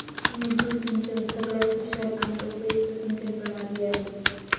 मुद्दू सिंचन सगळ्यात कुशल आणि उपयुक्त सिंचन प्रणाली आहे